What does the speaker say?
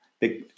big